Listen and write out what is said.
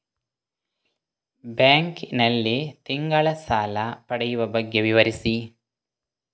Bank ನಲ್ಲಿ ತಿಂಗಳ ಸಾಲ ಪಡೆಯುವ ಬಗ್ಗೆ ವಿವರಿಸಿ?